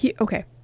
Okay